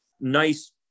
nice